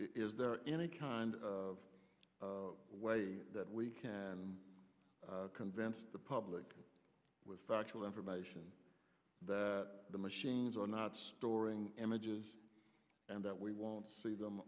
is there any kind of way that we can convince the public with factual information that the machines are not storing images and that we won't see them